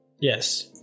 yes